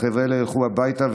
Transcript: החבר'ה האלה ילכו הביתה.